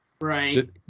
Right